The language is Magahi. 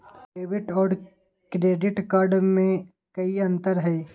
डेबिट और क्रेडिट कार्ड में कई अंतर हई?